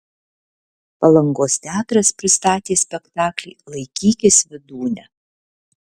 palangos teatras pristatė spektaklį laikykis vydūne